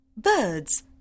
Birds